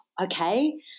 okay